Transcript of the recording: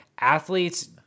athletes